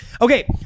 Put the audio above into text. Okay